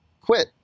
quit